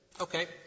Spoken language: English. okay